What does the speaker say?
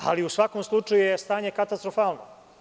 Ali, u svakom slučaju je stanje katastrofalno.